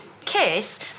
kiss